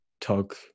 talk